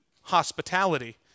hospitality